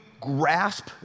grasp